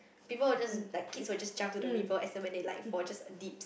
people will just like kids will just jump to the river as and when they like for just a dip